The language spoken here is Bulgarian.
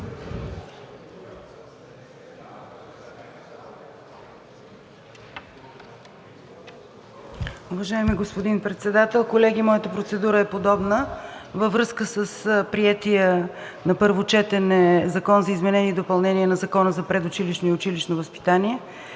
Уважаеми господин Председател, колеги, моята процедура е подобна. Във връзка с приетия на първо четене Закон за изменение и допълнение на Закона за предучилищното и училищното възпитание